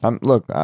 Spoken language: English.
Look